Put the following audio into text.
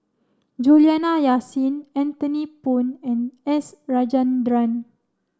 Juliana Yasin Anthony Poon and S Rajendran